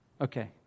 Okay